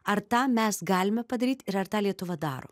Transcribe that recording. ar tą mes galime padaryt ir ar tą lietuva daro